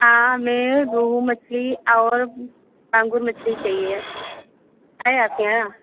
हाँ मैं रोहू मछली और बांगुर मछली चाहिए है आपके यहाँ